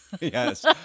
Yes